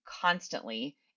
constantly